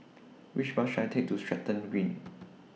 Which Bus should I Take to Stratton Green